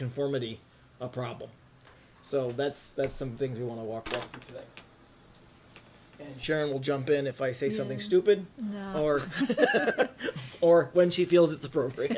conformity a problem so that's that's something we want to walk in general jump in if i say something stupid or or when she feels it's appropriate